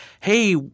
hey